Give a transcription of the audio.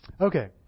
Okay